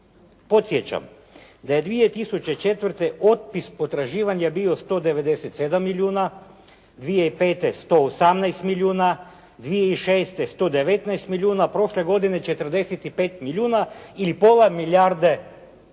podsjećam da je 2004. otpis potraživanja bio 197 milijuna, 2005. 118 milijuna, 2006. 119 milijuna, prošle godine 45 milijuna ili pola milijarde za